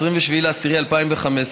27 באוקטובר 2015,